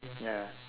ya